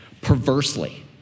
perversely